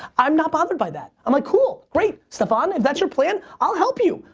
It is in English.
i'm not bothered by that. i'm like, cool, great. staphon, that's your plan. i'll help you.